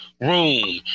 Room